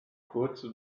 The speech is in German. kurze